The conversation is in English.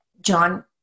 John